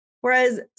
Whereas